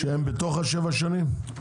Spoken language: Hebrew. שהם בתוך השבע שנים?